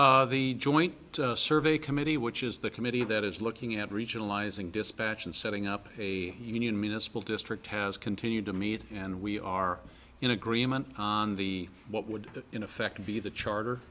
a joint survey committee which is the committee that is looking at regionalizing dispatch and setting up a union municipal district has continued to meet and we are in agreement on the what would in effect be the charter